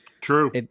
True